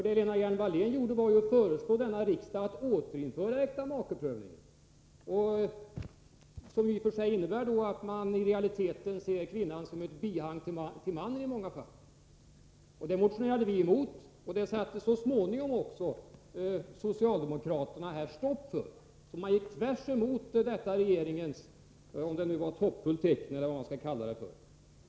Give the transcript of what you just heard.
Det Lena Hjelm-Wallén gjorde var att föreslå denna riksdag att återinföra äktamakeprövningen, vilket i och för sig innebär att man i realiteten ser kvinnan som ett bihang till mannen i många fall. Detta förslag motionerade vi emot, och så småningom satte också socialdemokraterna stopp för det. Man gick tvärtemot detta regeringens ”hoppfulla tecken”, eller vad man nu skall kalla det för.